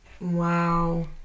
Wow